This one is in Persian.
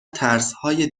ترسهای